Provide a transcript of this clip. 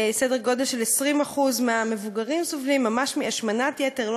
סדר גודל של 20% מהמבוגרים סובלים ממש מהשמנת יתר,